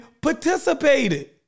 participated